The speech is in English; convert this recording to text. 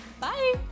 Bye